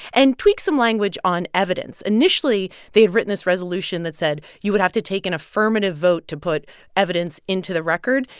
and tweaked some language on evidence. initially, they had written this resolution that said you would have to take an affirmative vote to put evidence into the record.